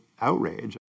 outrage